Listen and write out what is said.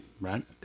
Right